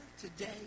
today